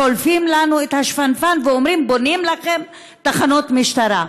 שולפים לנו את השפנפן ואומרים: בונים לכם תחנות משטרה.